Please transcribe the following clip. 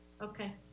Okay